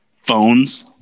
phones